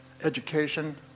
Education